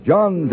John